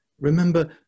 remember